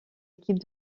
équipe